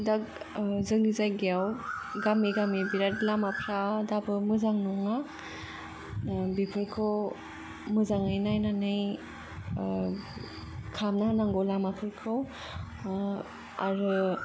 दा जोंनि जायगा याव गामि गामि बेराद लामा फ्रा दाबो मोजां नङा बेफोरखौ मोजाङै नायनानै खालामना होनांगौ लामाफोरखौ आरो